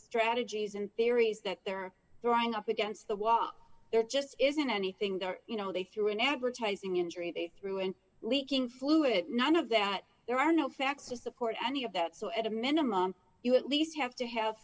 strategies and theories that they're throwing up against the wall there just isn't anything there you know they threw an advertising injury through and leaking fluid none of that there are no facts to support any of that so at a minimum you at least have to have